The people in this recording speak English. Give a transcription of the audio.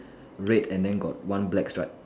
red and then got one black stripe